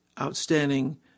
outstanding